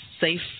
safe